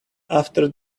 after